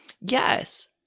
Yes